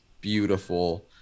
beautiful